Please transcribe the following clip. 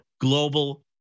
global